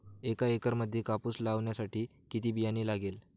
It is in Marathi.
एका एकरामध्ये कापूस लावण्यासाठी किती बियाणे लागेल?